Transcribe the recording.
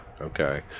okay